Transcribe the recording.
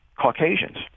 Caucasians